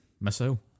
missile